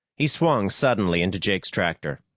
he swung suddenly into jake's tractor.